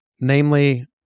Namely